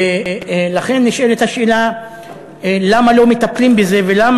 ולכן נשאלת השאלה למה לא מטפלים בזה ולמה